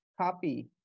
copy